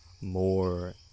more